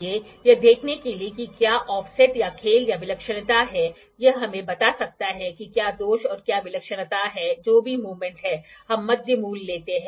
इसलिए यह देखने के लिए कि क्या ऑफसेट या खेल या विलक्षणता है यह हमें बता सकता है कि क्या दोष और क्या विलक्षणता है जो भी मूवमेंट है हम मध्य मूल्य लेते हैं